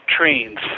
Trains